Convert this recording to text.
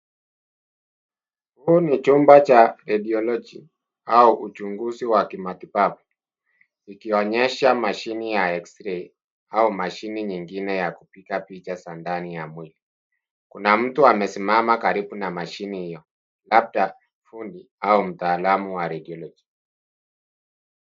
Huu ni chumba cha radiology au uchunguzi wa kimatibabu, ikionyesha mashini ya X-ray au mashine nyingine ya kupiga picha za ndani ya mwili. Kuna mtu amesimama karibu na mashini hiyo, labda fundi au mtaalamu wa radiology .